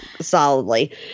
solidly